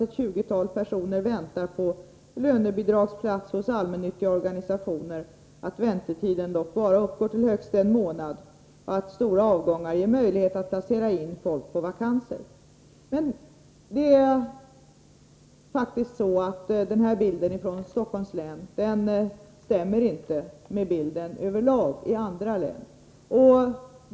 Ett tjugotal personer väntar på lönebidragsplatser hos allmännyttiga organisationer, och väntetiden uppgår till bara högst en månad. Stora avgångar ger möjlighet att placera in folk på vakanser. Den här bilden från Stockholms län stämmer dock inte med förhållandena i andra län.